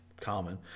common